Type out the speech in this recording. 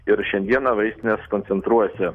ir šiandieną vaistinės koncentruojasi